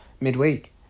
midweek